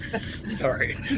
sorry